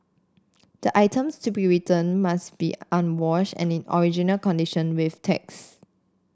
the items to be returned must be unwashed and in original condition with tags